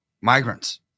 migrants